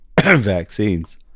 vaccines